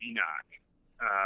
Enoch